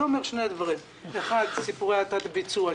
זה אומר שני דברים: סיפורי התת-ביצוע,